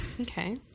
Okay